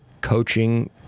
coaching